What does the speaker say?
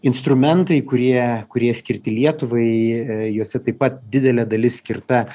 instrumentai kurie kurie skirti lietuvai juose taip pat didelė dalis skirta